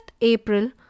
April